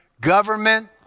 Government